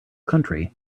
country